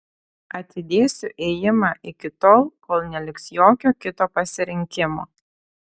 atidėsiu ėjimą iki tol kol neliks jokio kito pasirinkimo